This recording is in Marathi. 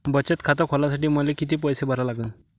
बचत खात खोलासाठी मले किती पैसे भरा लागन?